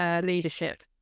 leadership